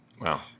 Wow